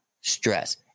stress